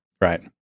Right